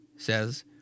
Says